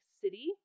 city